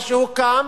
מה שהוקם